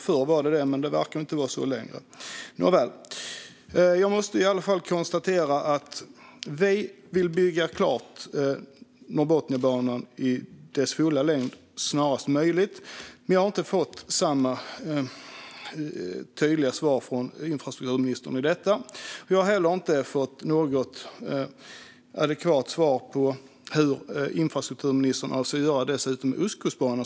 Förr var det så, men det verkar inte vara så längre. Nåväl! Jag måste i alla fall konstatera att vi vill bygga klart Norrbotniabanan i dess fulla längd snarast möjligt. Jag har inte fått samma tydliga svar från infrastrukturministern om detta. Jag har heller inte fått något adekvat svar på hur infrastrukturministern avser att göra med Ostkustbanan.